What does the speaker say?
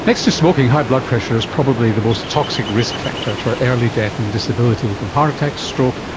next to smoking, high blood pressure is probably the most toxic risk factor for early death and disability from heart attack, stroke,